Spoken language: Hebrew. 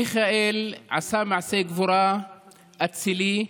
מיכאל עשה מעשה גבורה אצילי,